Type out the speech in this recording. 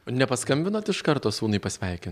nepaskambinot iš karto sūnui pasveikint